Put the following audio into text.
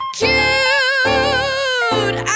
cute